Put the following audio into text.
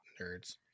Nerds